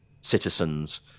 citizens